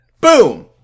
Boom